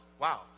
Wow